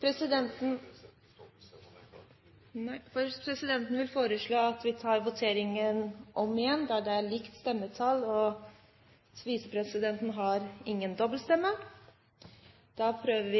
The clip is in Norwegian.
Presidenten vil foreslå at vi tar voteringen om igjen, da det ble likt stemmetall – visepresidenten har ikke dobbeltstemme. Dermed